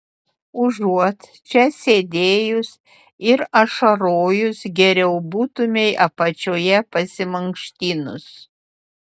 užuot čia sėdėjus ir ašarojus geriau būtumei apačioje pasimankštinus